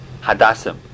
Hadassim